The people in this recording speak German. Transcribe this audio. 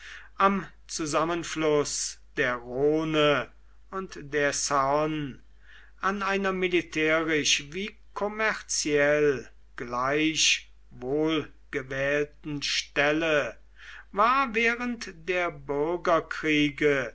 am zusammenfluß der rhone und der sane an einer militärisch wie kommerziell gleich wohlgewählten stelle war während der bürgerkriege